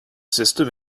system